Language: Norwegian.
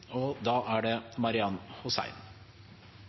og da er det